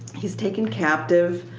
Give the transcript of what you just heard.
he's taken captive.